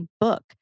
book